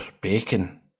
bacon